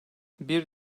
bir